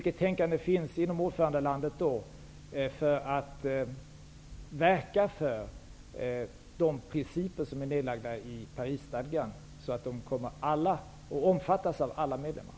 Hur tänker ordförandelandet verka för att de principer som är nedlagda i Parisstadgan kommer att omfattas av alla medlemmar?